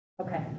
okay